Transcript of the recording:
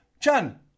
John